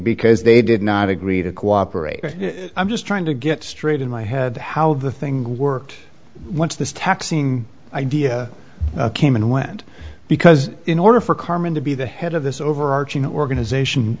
because they did not agree to cooperate or i'm just trying to get straight in my head how the thing worked once this taxing idea came and went because in order for carmen to be the head of this overarching organization